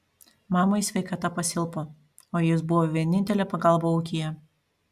mamai sveikata pasilpo o jis buvo vienintelė pagalba ūkyje